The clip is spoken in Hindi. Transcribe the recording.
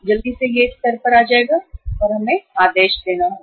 जल्दी से यह इस स्तर पर आ जाएगा और हमें आदेश देना होगा